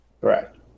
correct